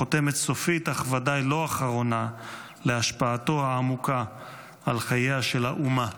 חותמת סופית אך ודאי לא אחרונה להשפעתו העמוקה על חייה של האומה.